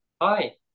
Hi